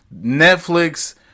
Netflix